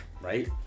Right